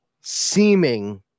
seeming